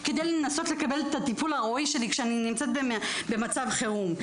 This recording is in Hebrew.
כדי לנסות לקבל את הטיפול הראוי שלי כשאני נמצאת במצב חירום,